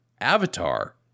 Avatar